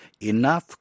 enough